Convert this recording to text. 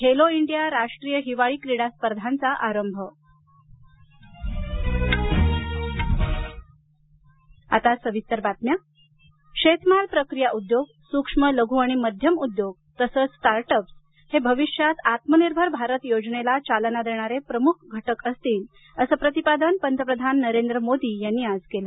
Khelo India राष्ट्रीय हिवाळी क्रीडा स्पर्धांचा आरंभ पंतप्रधान शेतमाल प्रक्रिया उद्योग सूक्ष्म लघु आणि मध्यम उद्योग तसंच स्टार्ट अप्स हे भविष्यातआत्मनिर्भर भारत योजनेला चालना देणारे प्रमुख घटक असतील असं प्रतिपादन पंतप्रधान नरेंद्र मोदी यांनी आज केलं